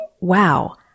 wow